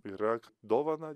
yra dovana